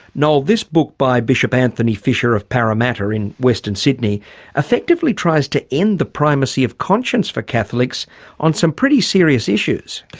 noel this book by bishop anthony fisher of parramatta in western sydney effectively tries to end the primacy of conscience for catholics on some pretty serious issues.